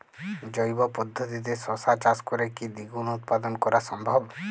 জৈব পদ্ধতিতে শশা চাষ করে কি দ্বিগুণ উৎপাদন করা সম্ভব?